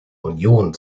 union